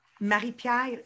Marie-Pierre